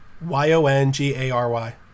Y-O-N-G-A-R-Y